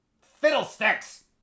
Fiddlesticks